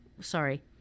sorry